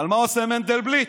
אבל מה עושה מנדלבליט?